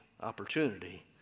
opportunity